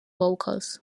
vocals